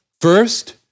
First